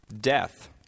Death